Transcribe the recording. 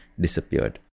disappeared